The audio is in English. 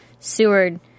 Seward